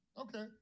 Okay